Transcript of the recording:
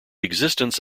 existence